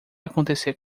acontecer